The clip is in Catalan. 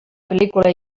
pel·lícula